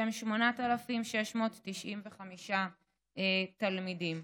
שהם 8,695 תלמידים.